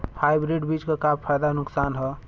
Hybrid बीज क का फायदा नुकसान ह?